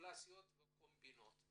מניפולציות וקומבינות.